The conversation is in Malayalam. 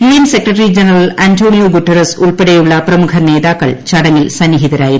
U N secretary general Antonio Guterres ഉൾപ്പെടെയുള്ള പ്രമുഖ നേതാക്കൾ ചടങ്ങിൽ സന്നിഹിതരായിരുന്നു